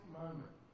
moment